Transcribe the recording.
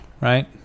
right